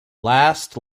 last